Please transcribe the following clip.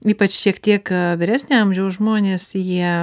ypač šiek tiek vyresnio amžiaus žmonės jie